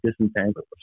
disentangle